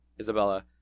isabella